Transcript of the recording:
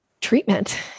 treatment